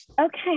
okay